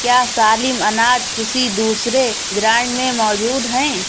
کیا سالم اناج کسی دوسرے برانڈ میں موجود ہیں